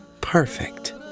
perfect